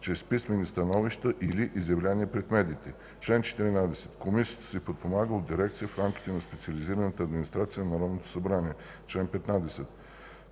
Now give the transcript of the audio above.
чрез писмени становища или изявления пред медиите. Чл. 14. Комисията се подпомага от Дирекция в рамките на специализираната администрация на Народното събрание. Чл. 15.